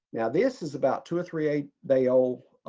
now, this is about two or three a day-old